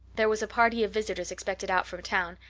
there was a party of visitors expected out from town,